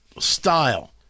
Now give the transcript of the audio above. style